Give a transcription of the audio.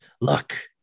Look